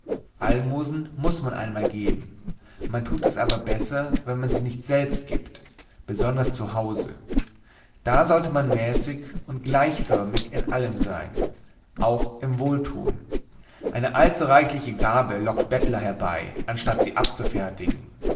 almosen muß man einmal geben man tut aber besser wenn man sie nicht selbst gibt besonders zu hause da sollte man mäßig und gleichförmig in allem sein auch im wohltun eine allzu reichliche gabe lockt bettler herbei anstatt sie abzufertigen